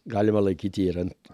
galima laikyti ir ant